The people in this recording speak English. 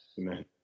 Amen